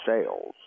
sales